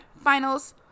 finals